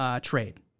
trade